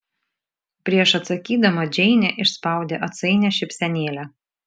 prieš atsakydama džeinė išspaudė atsainią šypsenėlę